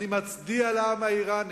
אני מצדיע לעם האירני